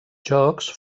jocs